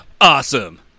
Awesome